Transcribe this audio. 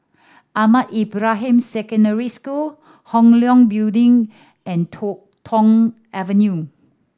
Ahmad Ibrahim Secondary School Hong Leong Building and Tong Avenue